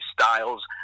Styles